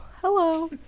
Hello